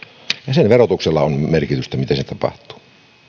ja verotuksella on merkitystä sillä miten se tapahtuu